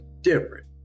different